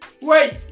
Wait